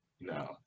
No